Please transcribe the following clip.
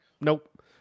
Nope